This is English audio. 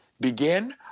begin